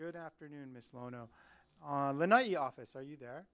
good afternoon miss lono office are you there